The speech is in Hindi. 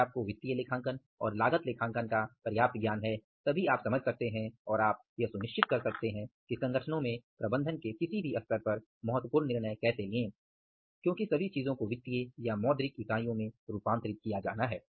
यदि आपको वित्तीय लेखांकन और लागत लेखांकन का पर्याप्त ज्ञान है तभी आप समझ सकते हैं और आप यह सुनिश्चित कर सकते हैं कि संगठनों में प्रबंधन के किसी भी स्तर पर महत्वपूर्ण निर्णय कैसे लें क्योंकि सभी चीजों को वित्तीय या मौद्रिक इकाईयों में रूपांतरित किया जाना है